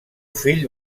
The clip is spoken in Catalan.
fill